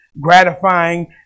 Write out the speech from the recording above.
Gratifying